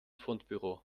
fundbüro